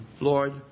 Lord